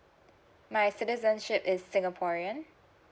my citizenship is singaporean